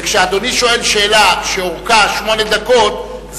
וכשאדוני שואל שאלה שאורכה שמונה דקות,